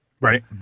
right